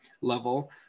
level